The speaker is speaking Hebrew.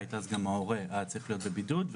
אז גם ההורה היה צריך להיות בבידוד,